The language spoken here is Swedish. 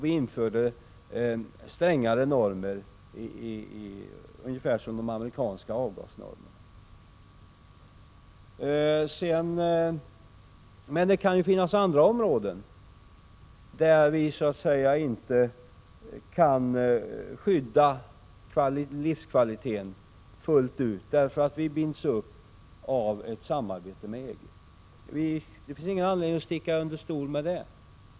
Vi införde strängare normer, ungefär som de amerikanska avgasnormerna. Men det kan finnas andra områden där vi inte kan skydda livskvaliteten fullt ut därför att vi binds upp av ett samarbete med EG. Det finns ingen anledning att sticka under stol med det.